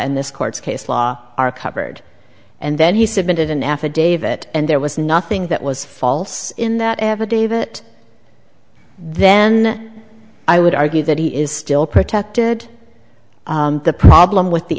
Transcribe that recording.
and this court's case law are covered and then he submitted an affidavit and there was nothing that was false in that affidavit then i would argue that he is still protected the problem with the